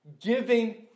giving